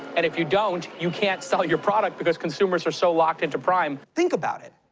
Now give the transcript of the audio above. and if you don't, you can't sell your product, because consumers are so locked into prime. think about it,